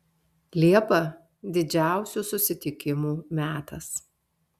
liepa didžiausių susitikimų metas